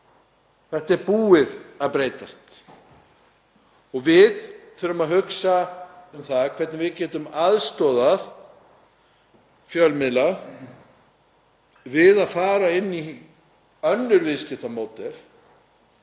og er búið að breytast. Við þurfum að hugsa um það hvernig við getum aðstoðað fjölmiðla við að fara inn í önnur viðskiptamódel